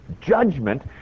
judgment